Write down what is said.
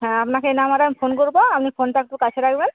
হ্যাঁ আপনাকে এই নম্বরে ফোন করবো আপনি ফোনটা একটু কাছে রাখবেন